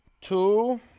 two